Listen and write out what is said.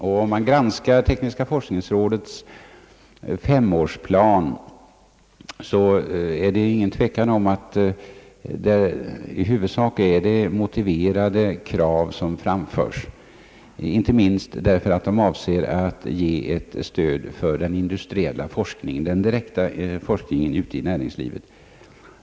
Om man granskar tekniska forskningsrådets femårsplan är det ingen tvekan om att det i huvudsak är motiverade krav som framförs, inte minst därför att de avser att ge ett stöd åt den direkta forskningen ute i näringslivet.